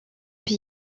pays